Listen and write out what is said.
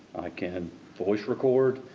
i can voice record.